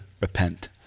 repent